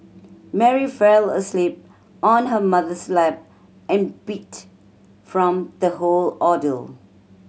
Mary fell asleep on her mother's lap and beat from the whole ordeal